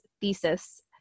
thesis